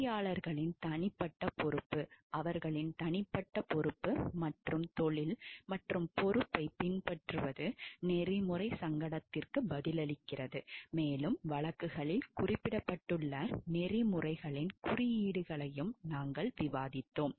பொறியாளர்களின் தனிப்பட்ட பொறுப்பு அவர்களின் தனிப்பட்ட பொறுப்பு மற்றும் தொழில் மற்றும் பொறுப்பைப் பின்பற்றுவது நெறிமுறை சங்கடத்திற்கு பதிலளிக்கிறது மேலும் வழக்குகளில் குறிப்பிடப்பட்டுள்ள நெறிமுறைகளின் குறியீடுகளையும் நாங்கள் விவாதித்தோம்